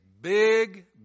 big